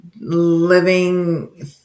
living